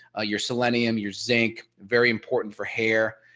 ah your selenium, your zinc, very important for hair,